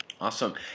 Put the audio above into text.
Awesome